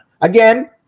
Again